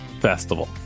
festival